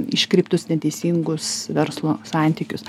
iškreiptus neteisingus verslo santykius